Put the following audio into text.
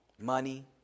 Money